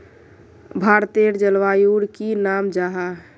भारतेर जलवायुर की नाम जाहा?